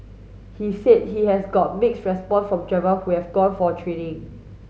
he said he has got mixed response from driver who have gone for training